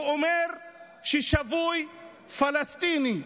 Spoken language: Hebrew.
הוא אומר ששבוי פלסטיני,